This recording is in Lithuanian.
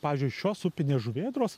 pavyzdžiui šios upinės žuvėdros